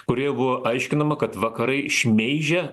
kurioje buvo aiškinama kad vakarai šmeižia